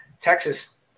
texas